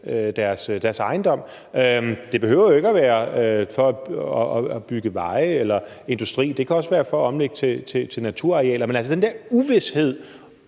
deres ejendom. Det behøver jo ikke at være for at bygge veje eller industri. Det kan også være for at omlægge til naturarealer. Men altså den der uvished